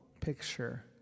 picture